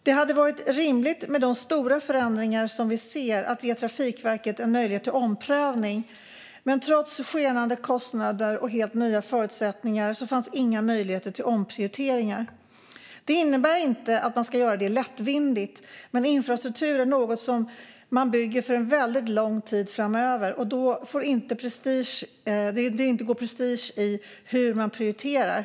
Det hade med de stora förändringar som vi ser varit rimligt att ge Trafikverket en möjlighet till omprövning. Men trots skenande kostnader och helt nya förutsättningar fanns inga möjligheter till omprioriteringar. Detta innebär inte att man ska göra det lättvindigt, men infrastruktur är något som man bygger för en väldigt lång tid framöver. Då får det inte gå prestige i hur man prioriterar.